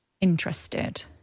interested